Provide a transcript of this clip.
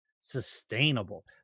sustainable